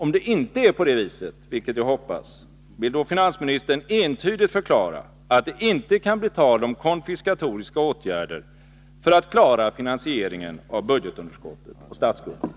Om det inte är på det viset, vilket jag hoppas, vill då finansministern entydigt förklara att det inte kan bli tal om konfiskatoriska åtgärder för att klara finansieringen av budgetunderskottet och statsskulden?